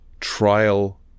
trial